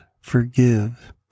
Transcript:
forgive